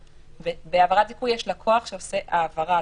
בהעברת זיכוי יש לקוח שעושה העברה.